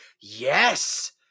yes